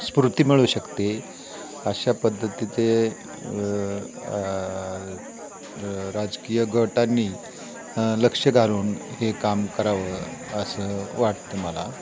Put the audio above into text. स्फूर्ती मिळू शकते अशा पद्धतीचे राजकीय गटांनी लक्ष घालून हे काम करावं असं वाटतं मला